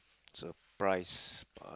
surprise uh